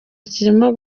kiri